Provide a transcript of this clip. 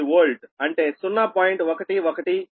11809 kilovolt లు